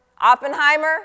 Oppenheimer